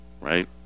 Right